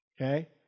Okay